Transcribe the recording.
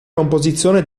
composizione